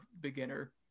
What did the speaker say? beginner